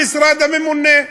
המשרד הממונה.